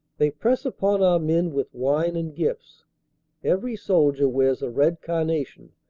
they press upon our men with wine and gifts every soldier wears a red carnation,